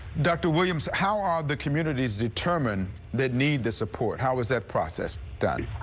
dr. williams, how are the communities determined that need this support? how is that process